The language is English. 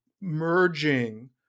merging